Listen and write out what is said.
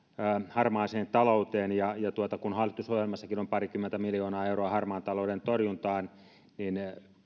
harmaaseen talouteen ja kun hallitusohjelmassakin on parikymmentä miljoona euroa harmaan talouden torjuntaan niin